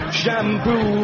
shampoo